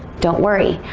don't worry,